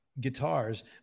guitars